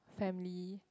family